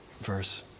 verse